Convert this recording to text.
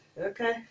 Okay